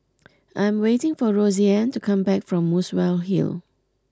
I'm waiting for Roseann to come back from Muswell Hill